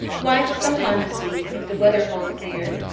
wife, some time this weeke, if the wether hold cleere,